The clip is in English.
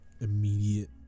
immediate